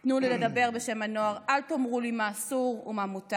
/ תנו לי לדבר בשם הנוער / אל תאמרו לי מה אסור ומה מותר.